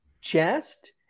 chest